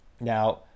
Now